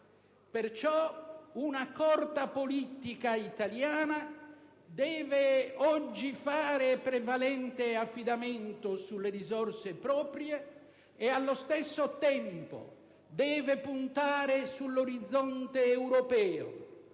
Pertanto, un'accorta politica italiana deve oggi fare prevalente affidamento sulle risorse proprio ed allo stesso tempo deve puntare sull'orizzonte europeo,